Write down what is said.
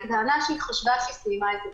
היא טענה שהיא חשבה שהיא סיימה את הבידוד.